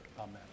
Amen